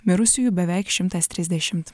mirusiųjų beveik šimtas trisdešimt